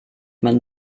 man